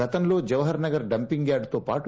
గతంలో జవహర్నగర్ డంపింగ్ యార్లుతోపాటు